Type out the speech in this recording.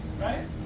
Right